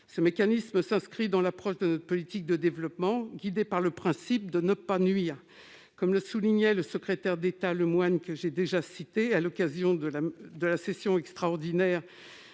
Ce mécanisme s'inscrit dans l'approche de notre politique de développement, guidée par le principe de ne pas nuire. Comme l'a souligné le secrétaire d'État Jean-Baptiste Lemoyne lors de la session extraordinaire